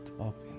up